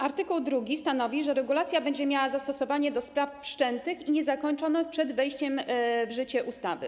Art. 2 stanowi, że regulacja będzie miała zastosowane do spraw wszczętych i niezakończonych przed wejściem w życie ustawy.